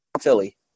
Philly